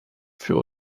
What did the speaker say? für